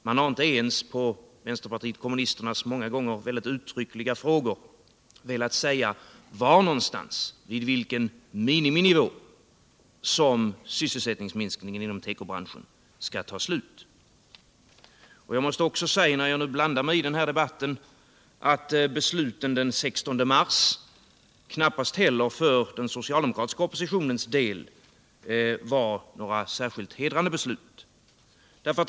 Man har inte ens velat svara på vänsterpartiet kommunisternas många uttryckliga frågor om vid vilken miniminivå sysselsättningsminskningen inom tekobranschen skall ta slut. Jag måste också säga, när jag nu blandar mig i den här debatten, att besluten den 16 mars knappast heller för den socialdemokratiska oppositionens del var några särskilt hedrande beslut.